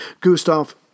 Gustav